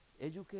educate